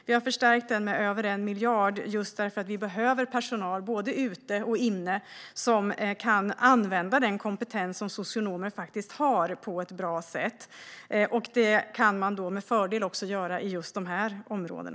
Vi har förstärkt socialtjänsten med över 1 miljard just för att det behövs personal både ute och inne som på ett bra sätt kan använda den kompetens som socionomer faktiskt har. Det kan med fördel genomföras i just dessa områden.